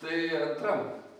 tai antram